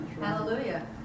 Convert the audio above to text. Hallelujah